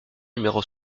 numéro